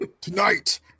Tonight